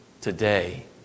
today